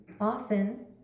often